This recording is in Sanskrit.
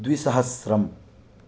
द्विसहस्रं